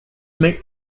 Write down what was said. may